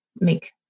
make